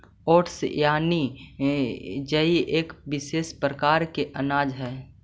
oats यानि जई एक विशेष प्रकार के अनाज हइ